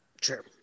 Sure